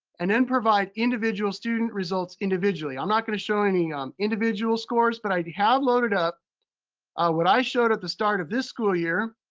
and then provide individual student results individually. i'm not show any individual scores, but i have loaded up what i showed at the start of this school year.